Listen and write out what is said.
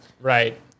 Right